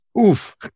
oof